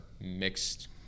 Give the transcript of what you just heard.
mixed